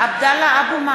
(קוראת בשמות חברי הכנסת) עבדאללה אבו מערוף,